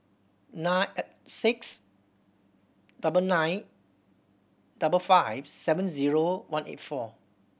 nine six double nine double five seven zero one eight four